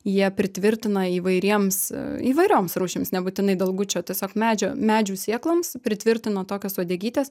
jie pritvirtina įvairiems įvairioms rūšims nebūtinai dalgučio tiesiog medžio medžių sėkloms pritvirtino tokias uodegytes